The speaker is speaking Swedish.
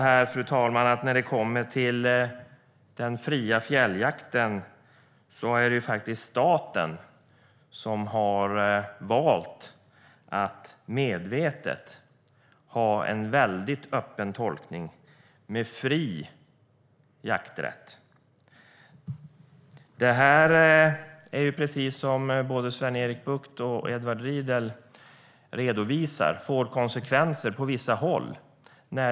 Varför är det så att i fråga om den fria fjälljakten har staten valt att medvetet ha en öppen tolkning med fri jakträtt? Det som både Sven-Erik Bucht och Edward Riedl redovisar får konsekvenser på vissa håll.